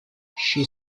she